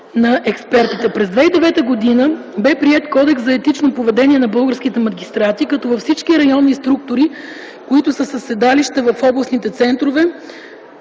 През 2009 г. бе приет Кодекс за етично поведение на българските магистрати, като във всички районни структури, които са със седалища в областните центрове,